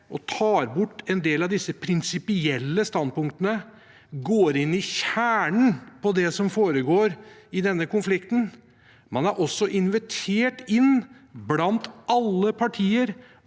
og tar bort en del av disse prinsipielle standpunktene og går inn i kjernen av det som foregår i denne konflikten. Man er også invitert inn, blant alle partier,